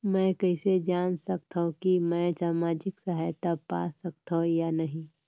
मै कइसे जान सकथव कि मैं समाजिक सहायता पा सकथव या नहीं?